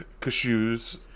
cashews